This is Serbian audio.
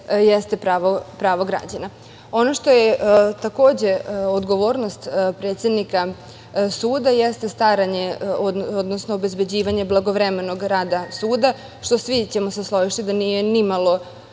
jeste pravo građana. Ono što je takođe odgovornost predsednika suda jeste staranje, odnosno obezbeđivanje blagovremenog rada suda, što nije nimalo,